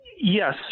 Yes